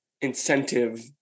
incentive